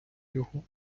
його